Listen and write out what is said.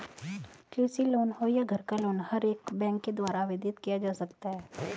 कृषि लोन हो या घर का लोन हर एक बैंक के द्वारा आवेदित किया जा सकता है